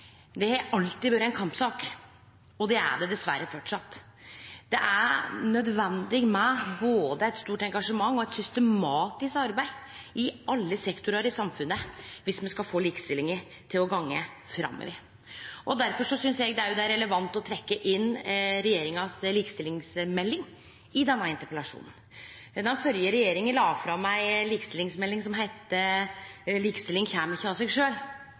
har alltid vore ei kampsak, og det er det dessverre framleis. Det er nødvendig med både eit stort engasjement og eit systematisk arbeid i alle sektorar i samfunnet dersom me skal få likestillinga til å gå framover. Difor synest eg det òg er relevant å trekkje inn likestillingsmeldinga til regjeringa i denne interpellasjonen. Den førre regjeringa la fram ei likestillingsmelding som heitte «Likestilling kommer ikke av seg